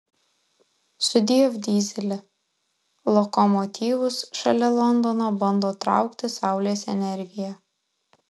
sudiev dyzeli lokomotyvus šalia londono bando traukti saulės energija